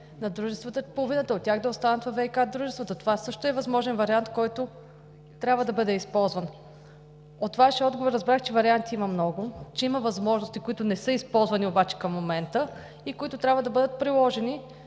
на дружествата – половината от тях да останат във ВиК дружествата. Това също е възможен вариант, който трябва да бъде използван. От Вашия отговор разбрах, че варианти има много, че има възможности, които не са използвани обаче към момента и, които трябва да бъдат приложени